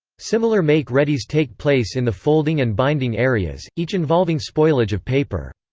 similar make readies take place in the folding and binding areas, each involving spoilage of paper.